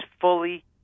fully